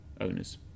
owners